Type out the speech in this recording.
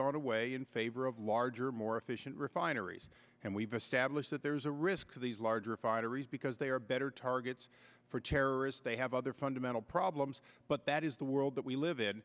gone away in favor of larger more efficient refineries and we've established that there's a risk of these large refineries because they are better targets for terrorists they have other fundamental problems but that is the world that we live in